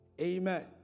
Amen